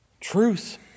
Truth